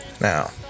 Now